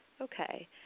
Okay